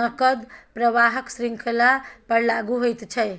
नकद प्रवाहक श्रृंखला पर लागु होइत छै